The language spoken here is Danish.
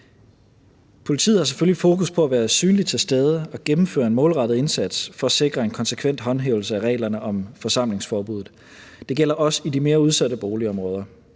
selvfølgelig fokus på at være synligt til stede og gennemføre en målrettet indsats for at sikre en konsekvent håndhævelse af reglerne om forsamlingsforbuddet. Det gælder også i de mere udsatte boligområder.